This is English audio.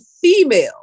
female